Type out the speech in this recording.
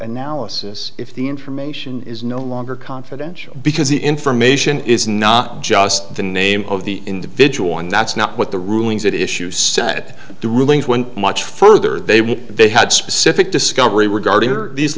analysis if the information is no longer confidential because the information is not just the name of the individual and that's not what the rulings that issue set the rulings went much further they what they had specific discovery regarding